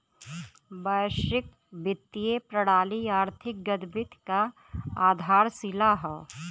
वैश्विक वित्तीय प्रणाली आर्थिक गतिविधि क आधारशिला हौ